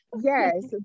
Yes